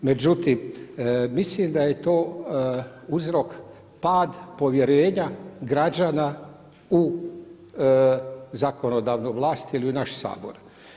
Međutim, mislim da je to uzrok pad povjerenja građana u zakonodavnoj vlasti ili u naš Sabor.